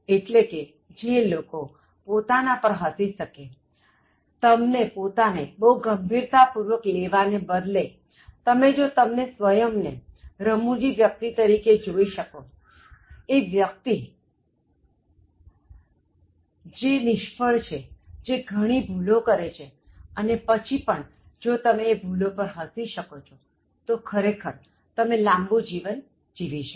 એટલે જે લોકો પોતા પર હસી શકેતમને બહુ ગંભીરતાપૂર્વક લેવાને બદલેતમે જો તમને સ્વયં ને રમૂજી વ્યક્તિ તરીકે જોઇ શકોએ વ્યક્તિ જે નિષ્ફળ છે જે ઘણી ભૂલો કરે છેઅને પછી પણ જો તમે એ ભૂલો પર હસી શકો તો ખરેખર તમે લાંબુ જીવન જીવી શકો